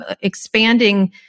expanding